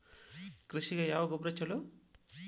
ಕೃಷಿಗ ಯಾವ ಗೊಬ್ರಾ ಛಲೋ?